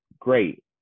great